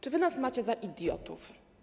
Czy wy nas macie za idiotów?